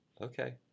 okay